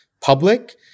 public